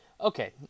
Okay